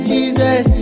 Jesus